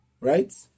right